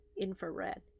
infrared